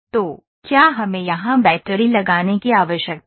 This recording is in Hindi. तो क्या हमें यहां बैटरी लगाने की आवश्यकता है